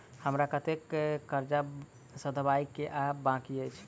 हमरा कतेक कर्जा सधाबई केँ आ बाकी अछि?